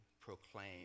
proclaim